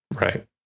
right